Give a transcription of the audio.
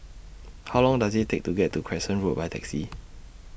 How Long Does IT Take to get to Crescent Road By Taxi